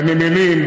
בנמלים,